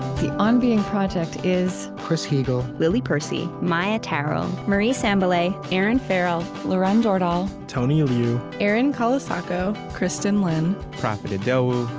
the on being project is chris heagle, lily percy, maia tarrell, marie sambilay, erinn farrell, lauren dordal, tony liu, erin colasacco, kristin lin, profit idowu,